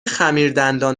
خمیردندان